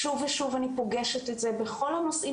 שוב ושוב אני פוגשת את זה בכל הנושאים